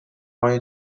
های